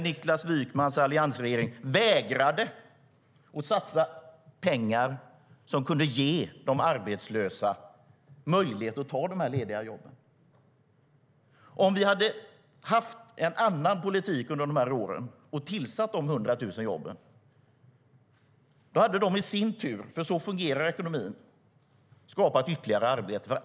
Niklas Wykmans alliansregering vägrade att satsa pengar som kunde ge de arbetslösa möjlighet att ta de lediga jobben. Om vi hade haft en annan politik under de åren och tillsatt de 100 000 jobben hade de i sin tur skapat ytterligare arbete, för så fungerar ekonomin.